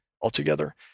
altogether